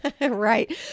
Right